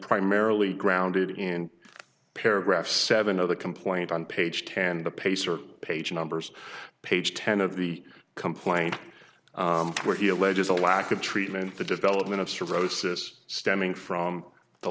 primarily grounded in paragraph seven of the complaint on page can the pacer page numbers page ten of the complaint where he alleges a lack of treatment the development of cirrhosis stemming from the